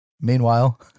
meanwhile